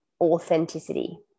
authenticity